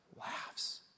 laughs